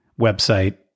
website